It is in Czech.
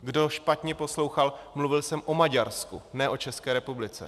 Kdo špatně poslouchal mluvil jsem o Maďarsku, ne o České republice.